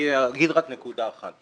אני אגיד רק נקודה אחת.